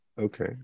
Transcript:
Okay